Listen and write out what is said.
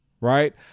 Right